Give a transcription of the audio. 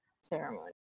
ceremony